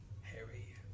Harry